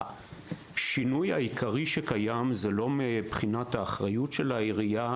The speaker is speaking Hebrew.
השינוי העיקרי שקיים הוא לא מבחינת האחריות של העירייה,